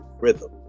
rhythm